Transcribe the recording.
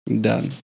done